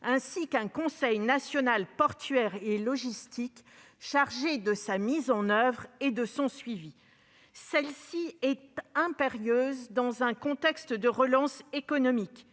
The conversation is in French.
d'un Conseil national portuaire et logistique chargé de sa mise en oeuvre et de son suivi. C'est un besoin impérieux dans un contexte de relance économique